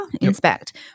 inspect